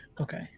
Okay